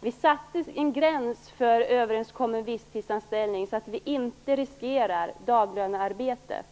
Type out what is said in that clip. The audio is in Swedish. Vi satte en gräns för överenskommen visstidsanställning, så att vi inte riskerar daglönearbete.